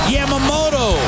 Yamamoto